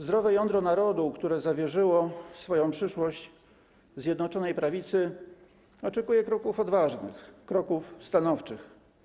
Zdrowe jądro narodu, które zawierzyło swoją przyszłość Zjednoczonej Prawicy, oczekuje kroków odważnych, kroków stanowczych.